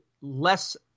less